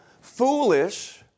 foolish